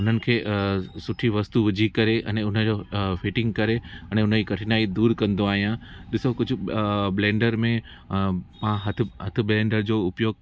हुननि खे सुठी वस्तु जे करे अने हुन जो फिटिंग करे अने उन जी कठिनाई दूरि कंदो आहियां ॾिसो कुझु ब्लैंडर में हथु हथु ब्लैंडर जो उपयोग